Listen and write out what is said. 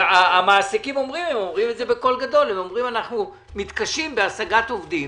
המעסיקים אומרים את זה בקול גדול: אנחנו מתקשים בהשגת עובדים